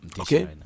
okay